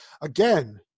Again